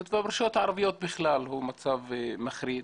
וברשויות הערביות בכלל הוא מצב מחריד.